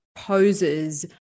poses